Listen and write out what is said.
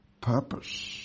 purpose